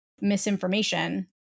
misinformation